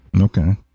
Okay